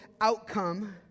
outcome